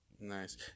Nice